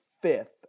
fifth